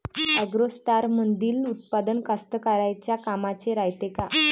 ॲग्रोस्टारमंदील उत्पादन कास्तकाराइच्या कामाचे रायते का?